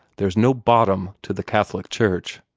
there's no bottom to the catholic church.